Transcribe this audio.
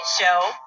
show